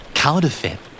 counterfeit